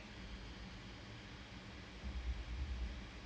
slip disk வந்து கிழிச்சுட்டு:vanthu kilichuttu